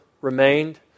remained